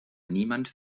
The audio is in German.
niemand